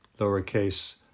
lowercase